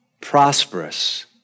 Prosperous